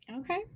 Okay